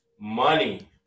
money